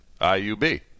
IUB